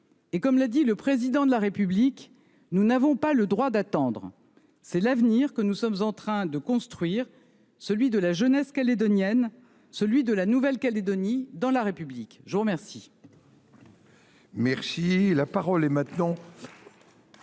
Or, comme le Président de la République l’a souligné, nous n’avons pas le droit d’attendre. C’est l’avenir que nous sommes en train de construire, celui de la jeunesse calédonienne, celui de la Nouvelle-Calédonie dans la République. La parole